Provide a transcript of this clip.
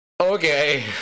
Okay